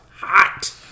hot